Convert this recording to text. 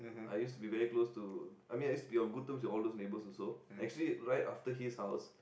I used to be very close to I mean it's be a good term to all those neighbor also actually right after his house